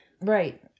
right